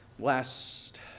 last